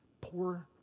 poor